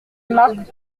marc